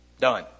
Done